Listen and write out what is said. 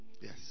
yes